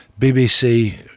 BBC